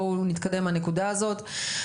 בואו נתקדם מהנקודה הזאת.